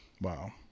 Wow